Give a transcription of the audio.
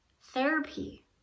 Therapy